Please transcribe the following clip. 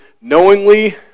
knowingly